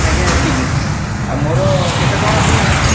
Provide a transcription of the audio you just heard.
ଆଜ୍ଞା ଏତିକି ମୋର କେତେ ଟଙ୍କା ହେଉଛି